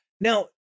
Now